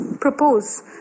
propose